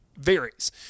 varies